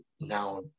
now